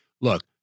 Look